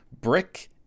Brick